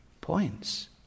points